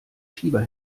schieber